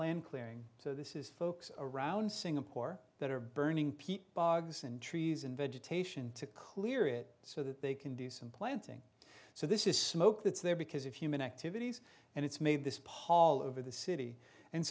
land clearing so this is folks around singapore that are burning peat bogs and trees and vegetation to clear it so that they can do some planting so this is smoke that's there because of human activities and it's made this pall over the city and